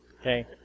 Okay